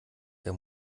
der